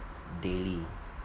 daily